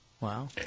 Wow